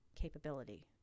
capability